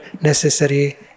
necessary